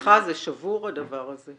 אבל סליחה, זה שבור הדבר הזה.